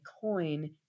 coin